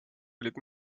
olid